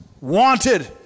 Wanted